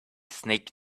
snake